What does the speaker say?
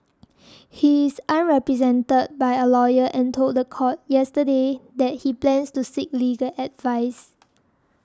he is unrepresented by a lawyer and told the court yesterday that he plans to seek legal advice